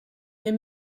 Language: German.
wir